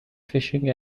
fishing